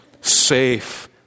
safe